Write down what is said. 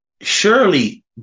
surely